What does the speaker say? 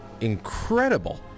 incredible